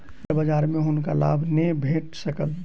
bond बजार में हुनका लाभ नै भेट सकल